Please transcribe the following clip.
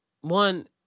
one